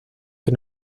que